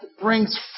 brings